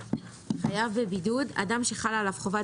"חייב בבידוד" אדם שחלה עליו חובת